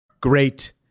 Great